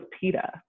PETA